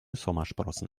sommersprossen